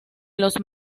los